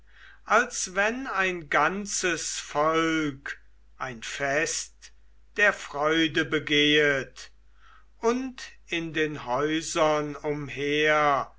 als wenn ein ganzes volk ein fest der freude begehet und in den häusern umher